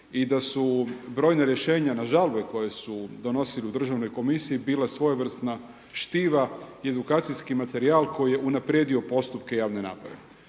i da su brojna rješenja na žalbe koje su donosili u Državnoj komisiji bila svojevrsna štiva i edukacijski materijal koji je unaprijedio postupke javne nabave.